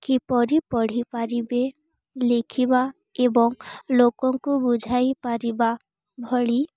କିପରି ପଢ଼ିପାରିବେ ଲେଖିବା ଏବଂ ଲୋକଙ୍କୁ ବୁଝାଇ ପାରିବା ଭଳି